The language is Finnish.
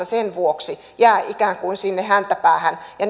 sen vuoksi ikään kuin sinne häntäpäähän ja